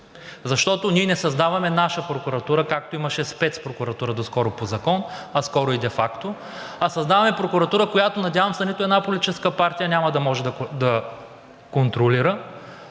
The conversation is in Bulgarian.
защото ние не създаваме наша прокуратура, както имаше спецпрокуратура доскоро по закон, а и де факто, а създаваме прокуратура, която, надявам се, нито една политическа партия няма да може да контролира